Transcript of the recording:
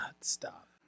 stop